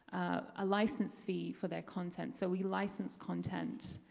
a license fee for their content. so we license content.